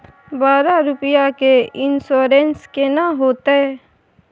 बारह रुपिया के इन्सुरेंस केना होतै?